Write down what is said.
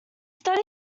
study